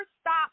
stop